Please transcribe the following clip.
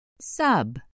Sub